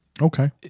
Okay